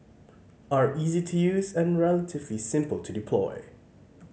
are easy to use and relatively simple to deploy